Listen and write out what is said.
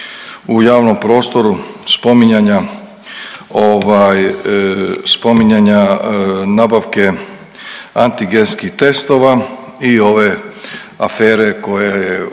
spominjanja ovaj spominjanja nabavke antigenskih testova i ove afere koja je